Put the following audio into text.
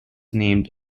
named